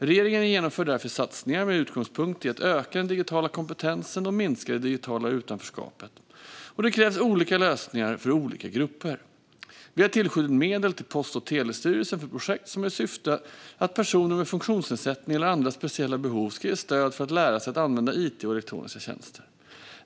Regeringen genomför därför satsningar med utgångspunkt i att öka den digitala kompetensen och minska det digitala utanförskapet, och det krävs olika lösningar för olika grupper. Vi har tillskjutit medel till Post och telestyrelsen för projekt som har i syfte att personer med funktionsnedsättning eller andra speciella behov ska ges stöd för att lära sig att använda it och elektroniska tjänster.